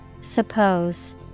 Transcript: Suppose